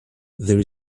there